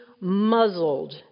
muzzled